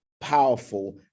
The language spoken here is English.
powerful